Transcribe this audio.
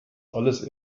alles